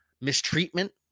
mistreatment